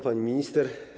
Pani Minister!